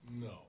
No